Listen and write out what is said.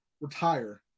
retire